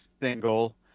single